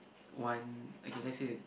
one okay let's say